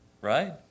right